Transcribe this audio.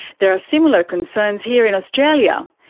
there are similar concerns here in australia.